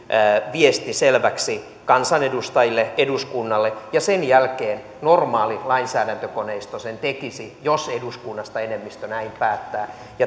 viesti selväksi kansanedustajille eduskunnalle ja sen jälkeen normaali lainsäädäntökoneisto sen tekisi jos eduskunnasta enemmistö näin päättää